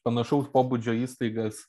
panašaus pobūdžio įstaigas